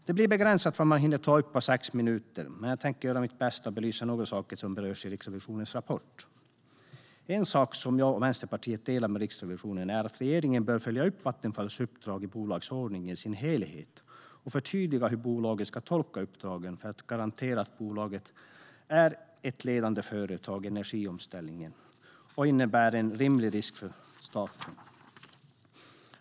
Det är begränsat vad man hinner ta upp på sex minuter, men jag tänker belysa några saker som berörs i Riksrevisionens rapport. Vänsterpartiet instämmer med Riksrevisionen i att regeringen bör följa upp Vattenfalls uppdrag i bolagsordningen i dess helhet och förtydliga hur bolaget ska tolka uppdraget för att garantera att bolaget är ledande i energiomställningen och utgör en rimlig risk för staten.